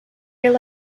your